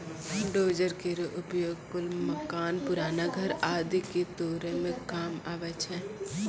dozer केरो उपयोग पुल, मकान, पुराना घर आदि क तोरै म काम आवै छै